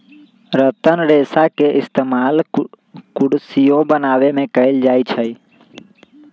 रतन रेशा के इस्तेमाल कुरसियो बनावे में कएल जाई छई